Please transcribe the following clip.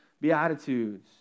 Beatitudes